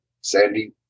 Sandy